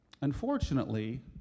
Unfortunately